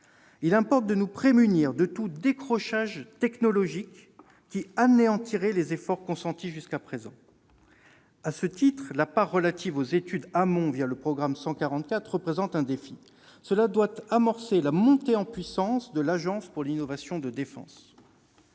Il importe de nous prémunir contre tout décrochage technologique, qui anéantirait les efforts consentis jusqu'à présent. À ce titre, la part relative aux études amont, le programme 144, représente un défi. Cela doit amorcer la montée en puissance de l'Agence de l'innovation de défense.